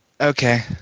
Okay